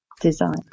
design